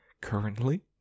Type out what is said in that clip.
currently